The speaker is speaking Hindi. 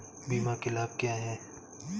बीमा के लाभ क्या हैं?